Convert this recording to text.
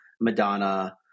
Madonna